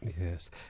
Yes